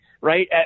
right